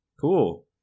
cool